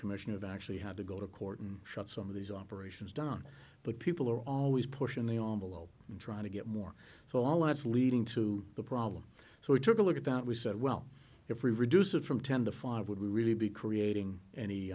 commission have actually had to go to court and shot some of these operations done but people are always pushing the on the low and trying to get more so all is leading to the problem so we took a look at that we said well if we reduce it from ten to five would really be creating any